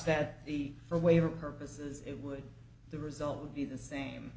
that he for waiver purposes it would the result would be the same